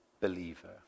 believer